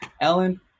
Ellen